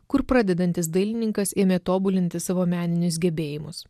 kur pradedantis dailininkas ėmė tobulinti savo meninius gebėjimus